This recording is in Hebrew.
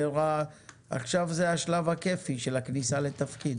עכשיו זה השלב הכייפי של הכניסה לתפקיד,